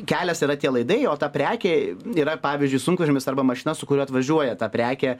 kelias yra tie laidai o ta prekė yra pavyzdžiui sunkvežimis arba mašina su kuriuo atvažiuoja ta prekė